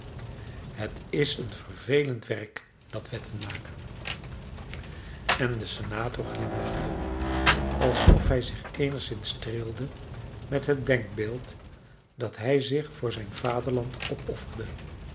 het is een vervelend werk dat wetten maken en de senator glimlachte alsof hij zich eenigszins streelde met het denkbeeld dat hij zich voor zijn vaderland